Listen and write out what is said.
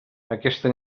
aquesta